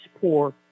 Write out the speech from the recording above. poor